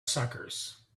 suckers